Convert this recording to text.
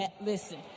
Listen